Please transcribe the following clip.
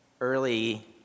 early